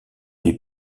les